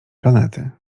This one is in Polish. planety